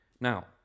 Now